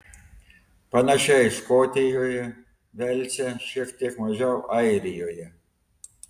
panašiai škotijoje velse šiek tiek mažiau airijoje